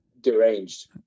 deranged